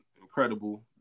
incredible